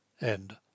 End